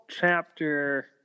chapter